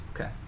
Okay